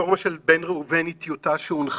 הרפורמה של בן ראובן היא טיוטה שהונחה.